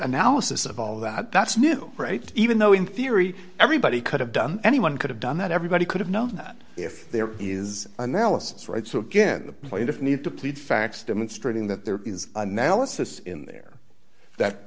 analysis of all of that that's new right even though in theory everybody could have done any one could have done that everybody could have known that if there is analysis right so again the plaintiff need to plead facts demonstrating that there is analysis in there that